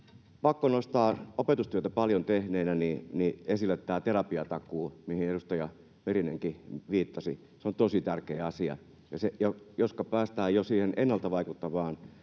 Pakko nostaa opetustyötä paljon tehneenä esille tämä terapiatakuu, mihin edustaja Merinenkin viittasi. Se on tosi tärkeä asia. Jos päästään jo siinä ennalta vaikuttavassa